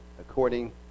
according